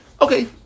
Okay